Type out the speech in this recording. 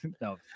No